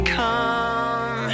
come